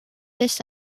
this